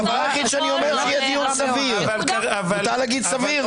מותר להגיד סביר?